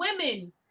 women